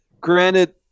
Granted